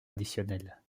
additionnel